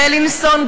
בבילינסון,